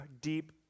deep